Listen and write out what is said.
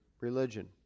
religion